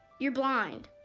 you're blind,